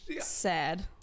sad